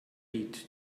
heed